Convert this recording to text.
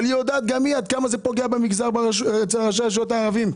אבל גם היא יודעת עד כמה זה פוגע ברשויות הערביות.